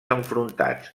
enfrontats